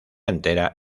entera